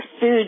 food